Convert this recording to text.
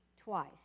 twice